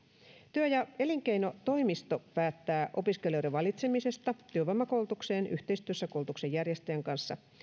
työ ja elinkeinotoimisto päättää opiskelijoiden valitsemisesta työvoimakoulutukseen yhteistyössä koulutuksenjärjestäjän kanssa